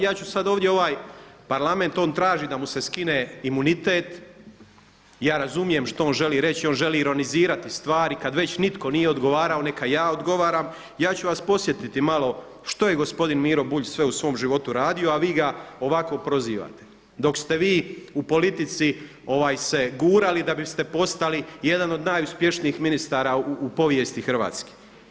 Ja ću sad ovdje ovaj Parlament, on traži da mu se skine imunitet, ja razumijem što on želi reći, on želi ironizirati stvari kad već nitko nije odgovarao neka ja odgovaran, ja ću vas podsjetiti malo što je gospodin Miro Bulj sve u svom životu radio a vi ga ovako prozivate dok ste vi u politici gurali da biste postali jedan od najuspješnijih ministara u povijesti Hrvatske.